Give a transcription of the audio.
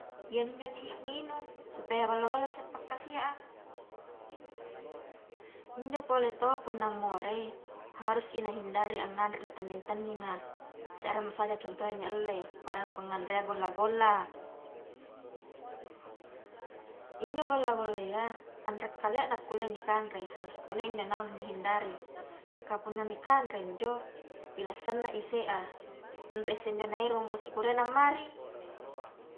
Iyami injo ni inung supaya ballo-ballo isse pakkasia a, injo pole taua punna morei haruski nahindari anganre nu tanning-tanninga, serremo saja contohna nialle pada ngkua nganrea golla-golla, injo golla-golla ya anre kalia nakulle nikanre, harus kalea injo naung nihindari, kapunna nikanre injo pila sanna i se a, anre injo isse nairung ngkua sikurayya na mari.